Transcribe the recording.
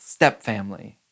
stepfamily